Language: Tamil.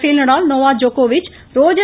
பேல் நடால் நோவாக் ஜோக்கோவிச் ரோஜர்